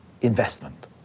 investment